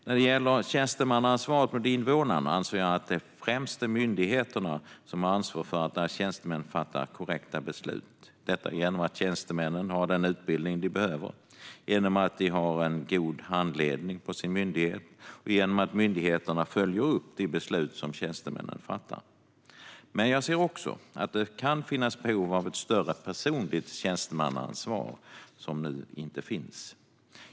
När det gäller tjänstemannaansvaret mot invånarna anser jag att det främst är myndigheterna som har ansvar för att deras tjänstemän fattar korrekta beslut - detta genom att de har den utbildning de behöver, genom att de har god handledning på sin myndighet och genom att myndigheterna följer upp de beslut som tjänstemännen fattar. Men jag ser också att det kan finnas ett behov av ett större personligt tjänstemannaansvar som nu inte finns.